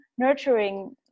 nurturing